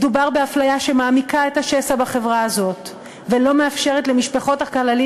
מדובר באפליה שמעמיקה את השסע בחברה הזאת ולא מאפשרת למשפחות החללים